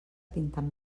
pintant